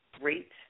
rate